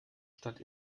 stadt